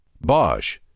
Bosch